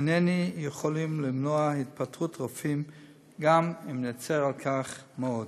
איננו יכולים למנוע התפטרות רופאים גם אם נצר על כך מאוד.